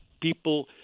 people